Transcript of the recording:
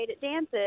dances